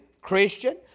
Christian